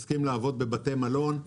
הסכים לעבוד בבתי מלון,